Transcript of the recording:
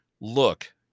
look